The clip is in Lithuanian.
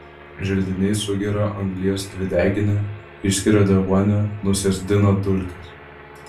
želdiniai sugeria anglies dvideginį išskiria deguonį nusėsdina dulkes